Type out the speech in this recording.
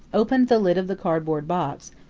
opened the lid of the cardboard box,